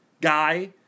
guy